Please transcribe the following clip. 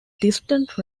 distant